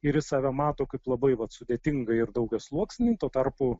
ir jis save mato kaip labai vat sudėtingą ir daugiasluoksnį tuo tarpu